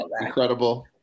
Incredible